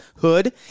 hood